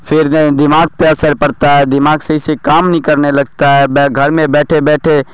پھر انھیں دماغ پہ اثر پڑتا ہے دماغ صحیح سے کام نہیں کرنے لگتا ہے گھر میں بیٹھے بیٹھے